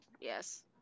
yes